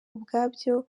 ubwabyo